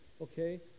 Okay